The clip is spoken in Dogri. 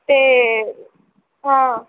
ते हां